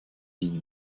îles